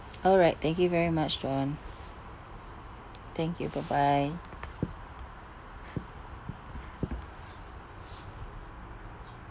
all right thank you very much john thank you bye bye